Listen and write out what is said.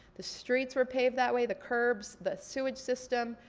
the streets were paved that way, the curbs, the sewage system,